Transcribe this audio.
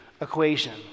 equation